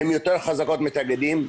הן יותר חזקות מהתאגידים.